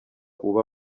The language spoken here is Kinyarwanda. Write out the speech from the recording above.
uba